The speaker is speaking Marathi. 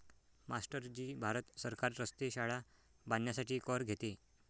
मास्टर जी भारत सरकार रस्ते, शाळा बांधण्यासाठी कर घेते